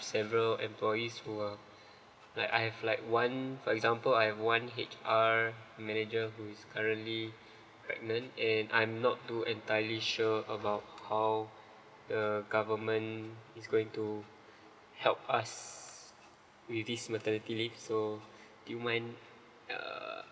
several employees who are like I have like one for example I've one H_R manager who is currently pregnant and I'm not to entirely sure about how the government it's going to help us with this maternity leave so do you mind err